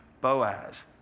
Boaz